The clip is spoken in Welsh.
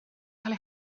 cael